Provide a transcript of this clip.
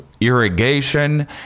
irrigation